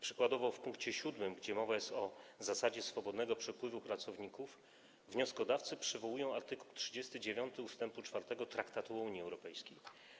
Przykładowo w pkt 7, gdzie mowa jest o zasadzie swobodnego przepływu pracowników, wnioskodawcy przywołują art. 39 ust. 4 Traktatu o Unii Europejskiej.